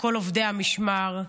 לכל עובדי המשמר,